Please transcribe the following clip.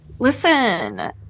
Listen